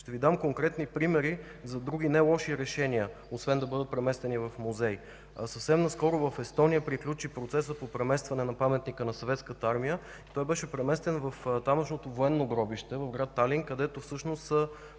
ще Ви дам конкретни примери за други не лоши решения, освен да бъдат преместени в музей. Съвсем наскоро в Естония приключи процесът по преместване на Паметника на Съветската армия. Той беше преместен в тамошното военно гробище в град Талин, където всъщност са